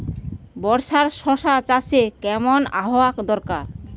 বর্ষার শশা চাষে কেমন আবহাওয়া দরকার?